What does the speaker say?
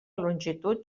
longitud